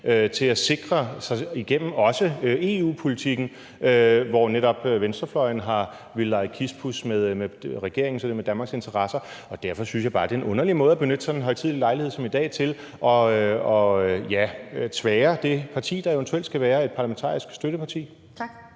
til at sikre sig, også i forhold til EU-politikken, hvor netop venstrefløjen har villet lege kispus med regeringen og således med Danmarks interesser. Derfor synes jeg bare, at det er en underlig måde at benytte en sådan højtidelig lejlighed som i dag til at, ja, tvære det parti, der eventuelt skal være et parlamentarisk støtteparti. Kl.